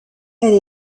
elle